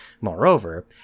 Moreover